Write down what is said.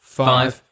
five